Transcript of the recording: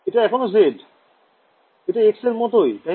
এটা এখনও z ই আছে এটা x এর মতই দেখতে